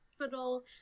hospital